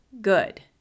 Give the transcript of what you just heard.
good